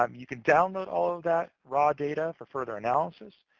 um you can download all of that raw data for further analysis,